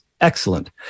excellent